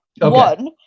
One